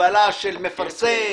מגבלה של מפרסם.